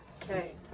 Okay